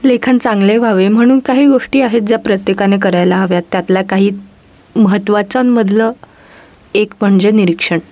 लेखन चांगले व्हावे म्हणून काही गोष्टी आहेत ज्या प्रत्येकाने करायला हव्यात त्यातला काही महत्त्वांच्या मधलं एक म्हणजे निरीक्षण